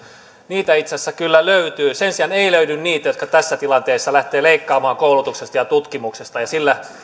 niitä itse asiassa kyllä löytyy sen sijaan ei löydy niitä jotka tässä tilanteessa lähtevät leikkaamaan koulutuksesta ja ja tutkimuksesta ja sillä